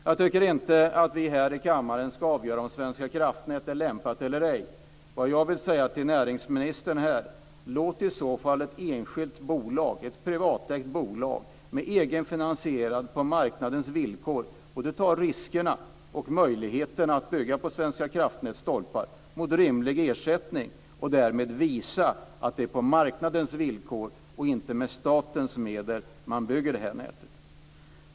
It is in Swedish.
Jag tycker inte att vi här i kammaren ska avgöra om Svenska kraftnät är lämpat eller ej. Vad jag vill säga till näringsministern är: Låt i så fall ett enskilt bolag, ett privatägt bolag med egen finansiering på marknadens villkor, både ta riskerna och få möjligheten att bygga på Svenska kraftnäts stolpar mot rimlig ersättning och därmed visa att det är på marknadens villkor och inte med statens medel man bygger det här nätet.